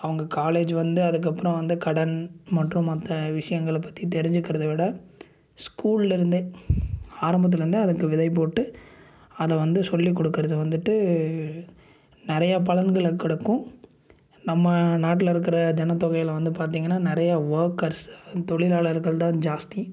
அவங்க காலேஜ் வந்து அதுக்கப்புறம் வந்து கடன் மற்றும் மற்ற விஷயங்களை பற்றி தெரிஞ்சிக்குறதை விட ஸ்கூல்லேருந்தே ஆரம்பத்துலருந்தே அதுக்கு விதை போட்டு அதை வந்து சொல்லி கொடுக்குறது வந்துட்டு நெறையா பலன்களை கொடுக்கும் நம்ம நாட்டில் இருக்கிற ஜனத்தொகையி வந்து பார்த்திங்கன்னா நெறையா ஒர்கர்ஸ் அந்த தொழிலார்கள் தான் ஜாஸ்தி